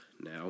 now